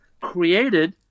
Created